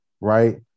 right